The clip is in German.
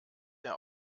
der